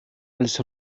als